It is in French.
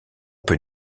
peut